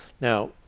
Now